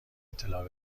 اطلاع